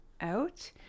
out